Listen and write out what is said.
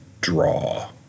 draw